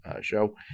show